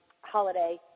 holiday